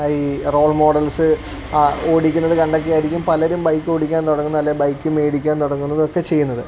ഈ role models ഓടിക്കുന്നത് കണ്ടൊക്കെ ആയിരിക്കും പലരും ബൈക്ക് ഓടിക്കാൻ തുടങ്ങുന്നത് അല്ലേ ബൈക്ക് മേടിക്കാൻ തുടങ്ങുന്നതും ഒക്കെ ചെയ്യുന്നത്